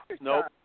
Nope